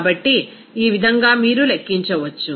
కాబట్టి ఈ విధంగా మీరు లెక్కించవచ్చు